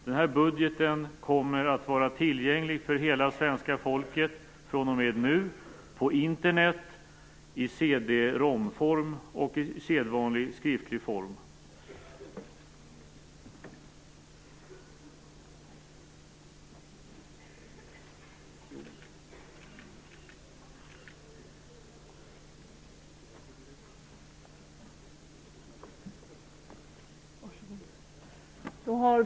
Den här budgeten kommer att vara tillgänglig för hela svenska folket fr.o.m. nu på Internet, i CD-ROM-form och i sedvanlig skriftlig form.